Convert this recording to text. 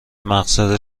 مقصد